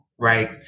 Right